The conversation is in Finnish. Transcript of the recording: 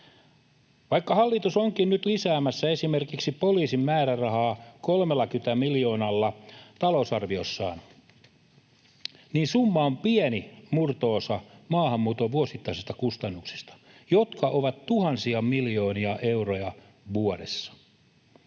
Vaikka hallitus onkin nyt lisäämässä esimerkiksi poliisin määrärahaa 30 miljoonalla talousarviossaan, niin summa on pieni murto-osa maahanmuuton vuosittaisista kustannuksista, jotka ovat tuhansia miljoonia euroja vuodessa.